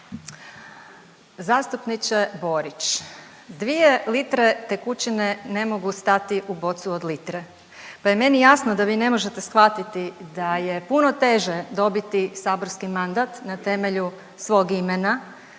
Zastupniče Borić, dvije litre tekućine ne mogu stati u bocu od litre pa je meni jasno da vi ne možete shvatiti da je puno teže dobiti saborski mandat na temelju svog imena,